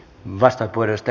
herra puhemies